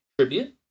tribute